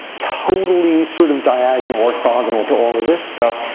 totally sort of diagonal orthogonal to all of this stuff,